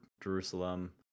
Jerusalem